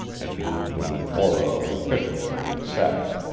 and moved in an aura of efficiency and sex.